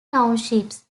townships